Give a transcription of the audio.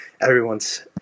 everyone's –